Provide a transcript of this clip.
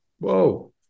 Whoa